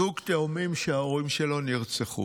זוג תאומים שההורים שלו נרצחו.